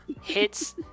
hits